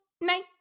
night